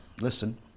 listen